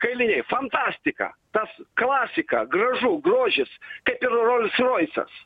kailiniai fantastika tas klasika gražu grožis kaip ir rolsroisas